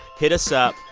hit us up.